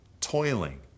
toiling